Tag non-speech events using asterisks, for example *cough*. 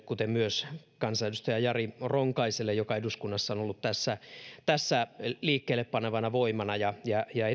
kuten myös kansanedustaja jari ronkaiselle joka eduskunnassa on ollut tässä tässä liikkeelle panevana voimana ja ja *unintelligible*